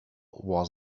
was